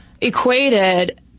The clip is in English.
equated